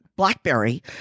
blackberry